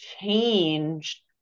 change